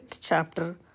chapter